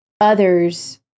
others